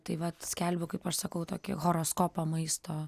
tai vat skelbiu kaip aš sakau tokį horoskopą maisto